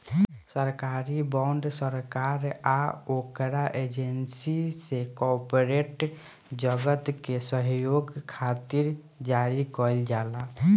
सरकारी बॉन्ड सरकार आ ओकरा एजेंसी से कॉरपोरेट जगत के सहयोग खातिर जारी कईल जाला